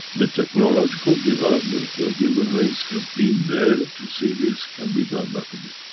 the technological development, for human race has been there, to see this can be done rapidly.